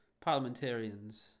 parliamentarians